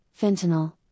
fentanyl